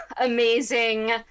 amazing